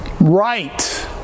right